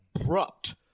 abrupt